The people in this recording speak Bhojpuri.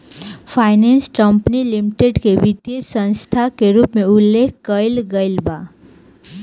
फाइनेंस कंपनी लिमिटेड के वित्तीय संस्था के रूप में उल्लेख कईल गईल बा